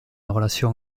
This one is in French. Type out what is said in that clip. relation